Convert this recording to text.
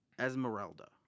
Esmeralda